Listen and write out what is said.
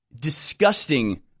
disgusting